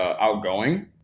outgoing